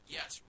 Yes